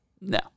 no